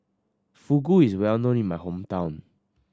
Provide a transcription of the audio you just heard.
Fugu is well known in my hometown